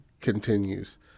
continues